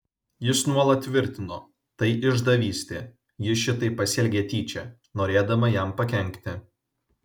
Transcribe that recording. jis nuolat tvirtino tai išdavystė ji šitaip pasielgė tyčia norėdama jam pakenkti